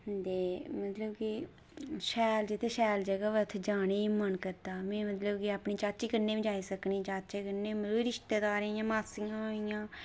ते मतलब कि शैल जित्थै शैल जगह होऐ उत्थै जाने गी बी मन करदा ते में मतलब अपनी चाची कन्नै बी जाई सकनी चाचें कन्नै मतलब रिश्तेदार जियां चाचियां होइयां